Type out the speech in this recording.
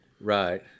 Right